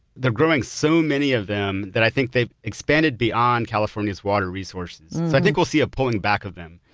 they're growing so many of them that i think they've expanded beyond california's water resources i think we'll see a pulling back of them.